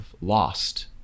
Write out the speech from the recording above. lost